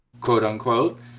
quote-unquote